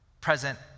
present